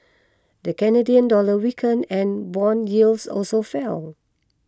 the Canadian dollar weakened and bond yields also fell